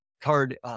card